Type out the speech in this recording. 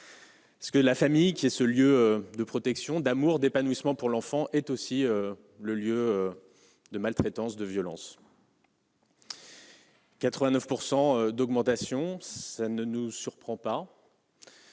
dernière. La famille, qui est ce lieu de protection, d'amour et d'épanouissement pour l'enfant, est aussi un lieu de maltraitance, de violences. Une augmentation de 89 %, cela ne nous surprend pas.